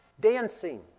dancing